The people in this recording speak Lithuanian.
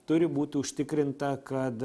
turi būti užtikrinta kad